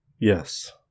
Yes